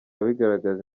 bigaragaza